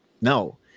no